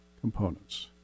components